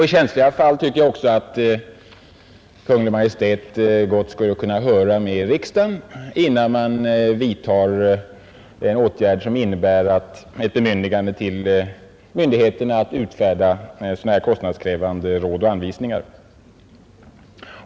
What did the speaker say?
I känsliga fall tycker jag också att Kungl. Maj:t skulle kunna höra riksdagen innan man tillåter myndigheterna att utfärda sådana kostnadskrävande råd och anvisningar.